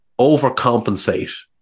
overcompensate